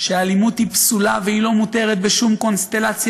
שאלימות היא פסולה והיא לא מותרת בשום קונסטלציה,